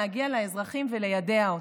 צריך להגיע לאזרחים וליידע אותם.